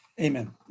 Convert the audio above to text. Amen